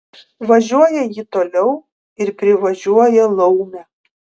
važiuoja ji toliau ir privažiuoja laumę